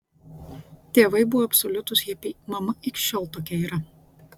tėvai buvo absoliutūs hipiai mama iki šiol tokia yra